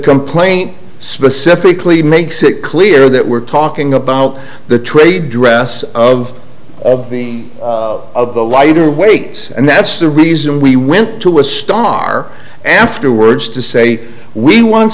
complaint specifically makes it clear that we're talking about the trade dress of of the of the lighter weight and that's the reason we went to a star and afterwards to say we want